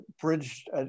bridged